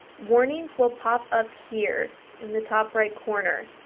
warning will pop up here in the top right corner.